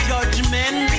Judgment